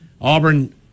Auburn